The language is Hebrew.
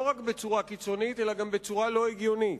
רק בצורה קיצונית אלא גם בצורה לא הגיונית.